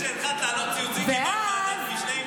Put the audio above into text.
מאז שהתחלת להעלות ציוצים קיבלת ועדת משנה.